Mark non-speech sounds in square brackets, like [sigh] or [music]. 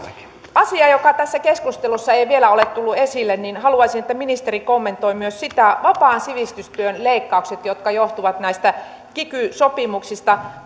asia joka tässä keskustelussa ei vielä ole tullut esille haluaisin että ministeri kommentoi myös sitä on vapaan sivistystyön leikkaukset jotka johtuvat näistä kiky sopimuksista [unintelligible]